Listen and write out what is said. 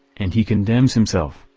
and he condemns himself,